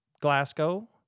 Glasgow